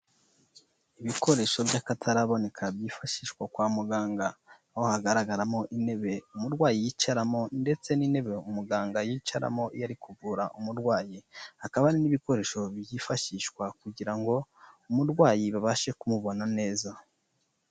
Ibikoresho by'akataraboneka byifashishwa kwa muganga, aho hagaragaramo intebe umurwayi yicaramo ndetse n'intebe umuganga yicaramo iyo ari kuvura umurwayi, hakaba hari n'ibikoresho byifashishwa kugira ngo umurwayi babashe kumubona neza.